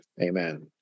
Amen